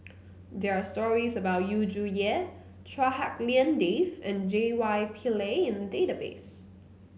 there are stories about Yu Zhuye Chua Hak Lien Dave and J Y Pillay in the database